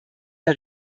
der